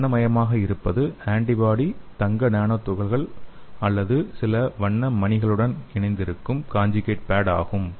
வண்ணமயமாக இருப்பது ஆன்டிபாடி தங்க நானோ துகள் அல்லது சில வண்ண மணிகளுடன் இணைந்திருக்கும் கான்ஜுகேட் பேட் ஆகும்